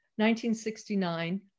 1969